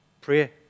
Prayer